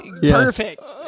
Perfect